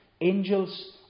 angels